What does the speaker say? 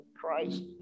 Christ